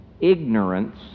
Ignorance